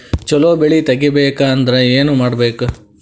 ಛಲೋ ಬೆಳಿ ತೆಗೇಬೇಕ ಅಂದ್ರ ಏನು ಮಾಡ್ಬೇಕ್?